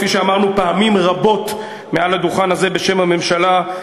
כפי שאמרנו פעמים רבות מעל הדוכן הזה בשם הממשלה,